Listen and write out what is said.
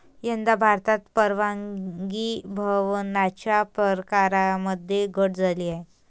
यंदा भारतात परागीभवनाच्या प्रकारांमध्ये घट झाली आहे